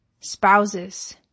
spouses